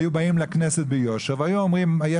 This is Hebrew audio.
היו באים לכנסת ביושר והיו אומרים,